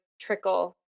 trickle